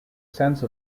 sense